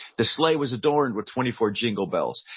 the sleigh was adorned with twenty four jingle bells.